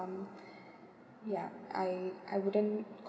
um ya I I wouldn't